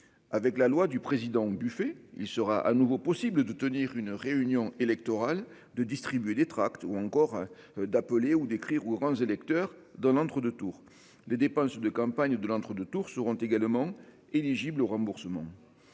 Avec la loi du président buffet il sera à nouveau possible de tenir une réunion électorale de distribuer des tracts ou encore d'appeler ou d'écrire ou grands électeurs dans l'entre-deux 2 tours. Les dépenses de campagne de l'entre-deux tours seront également éligibles au remboursement.